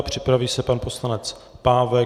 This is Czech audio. Připraví se pan poslanec Pávek.